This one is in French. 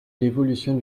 l’évolution